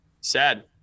Sad